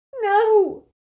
No